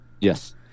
Yes